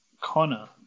Connor